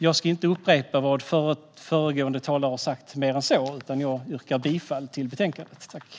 Jag ska inte upprepa vad föregående talare har sagt mer än så.